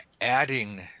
adding